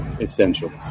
essentials